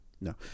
No